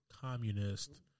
communist